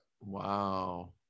Wow